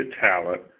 talent